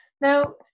Now